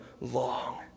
long